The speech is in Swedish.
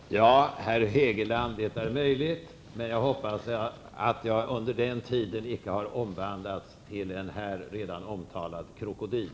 Herr talman! Ja, herr Hegeland, det är möjligt. Men jag hoppas att jag under tiden inte har omvandlats till en här redan omtalad krokodil.